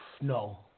No